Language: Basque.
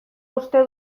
uste